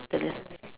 Italian